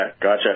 gotcha